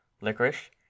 licorice